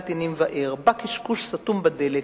הסתכלתי נים-וער/ בא קשקוש סתום בדלת,